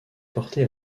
porté